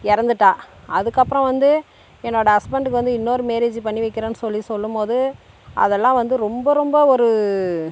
இறந்துட்டா அதுக்கப்பறம் வந்து என்னோட ஹஸ்பண்டுக்கு வந்து இன்னொரு மேரேஜ் பண்ணி வைக்கிறேன்னு சொல்லி சொல்லும்போது அதெல்லாம் வந்து ரொம்ப ரொம்ப ஒரு